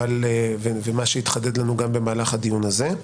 ומה שיתחדד לנו גם במהלך הדיון הזה.